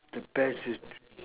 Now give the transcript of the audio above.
the best is